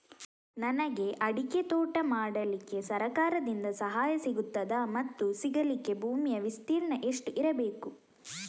ನನಗೆ ಅಡಿಕೆ ತೋಟ ಮಾಡಲಿಕ್ಕೆ ಸರಕಾರದಿಂದ ಸಹಾಯ ಸಿಗುತ್ತದಾ ಮತ್ತು ಸಿಗಲಿಕ್ಕೆ ಭೂಮಿಯ ವಿಸ್ತೀರ್ಣ ಎಷ್ಟು ಇರಬೇಕು?